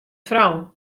frou